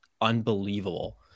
unbelievable